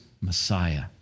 Messiah